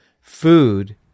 food